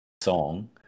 song